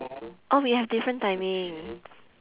oh we have different timing